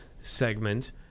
segment